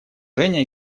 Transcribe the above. женя